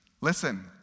listen